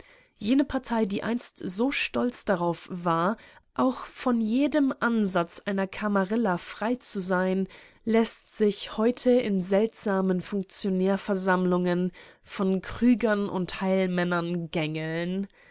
jene partei die einst so stolz darauf war auch von jedem ansatz einer kamarilla frei zu sein läßt sich heute in seltsamen funktionärversammlungen von krügern und heilmännern gängeln